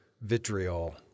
vitriol